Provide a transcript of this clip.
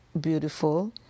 beautiful